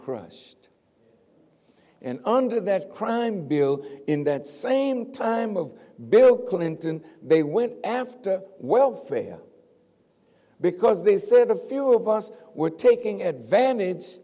crushed and under that crime bill in that same time of bill clinton they went after welfare because they said a few of us were taking advantage